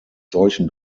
solchen